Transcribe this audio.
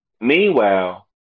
Meanwhile